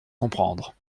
comprendre